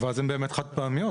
וזה חד פעמי.